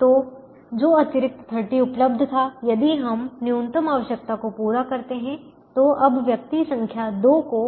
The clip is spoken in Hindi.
तो जो अतिरिक्त 30 उपलब्ध था यदि हम न्यूनतम आवश्यकता को पूरा करते हैं तो अब व्यक्ति संख्या 2 को